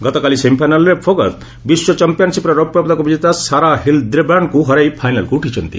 ଗତକାଲି ସେମିଫାଇନାଲ୍ରେ ଫୋଗତ୍ ବିଶ୍ୱ ଚାମ୍ପିୟନ୍ସିପ୍ରେ ରୌପ୍ୟପଦକ ବିଜେତା ସାରା ହିଲ୍ଦେବ୍ରାଣ୍ଡ୍ଙ୍କୁ ହରାଇ ଫାଇନାଲ୍କୁ ଉଠିଛନ୍ତି